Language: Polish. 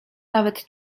nawet